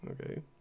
Okay